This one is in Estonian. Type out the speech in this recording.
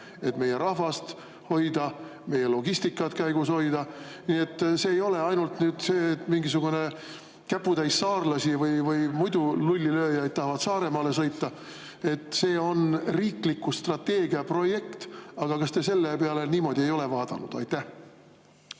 et meie rahvast hoida, meie logistikat käigus hoida. Nii et see ei ole ainult see, et mingisugune käputäis saarlasi või muidu lulli lööjaid tahab Saaremaale sõita, see on riikliku strateegia projekt. Kas te selle peale niimoodi ei ole vaadanud? Aitäh!